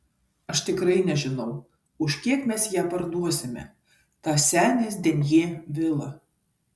aš tikrai nežinau už kiek mes ją parduosime tą senės denjė vilą